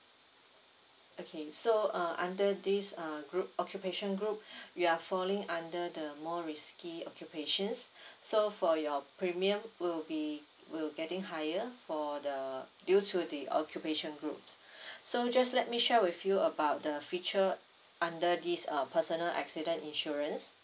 okay so uh under this uh group occupation group you are falling under the more risky occupations so for your premium will be will getting higher for the due to the occupation groups so just let me share with you about the feature under this uh personal accident insurance